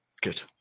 good